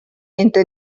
entre